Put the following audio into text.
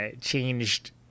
changed